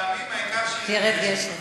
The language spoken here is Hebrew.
ראיתם?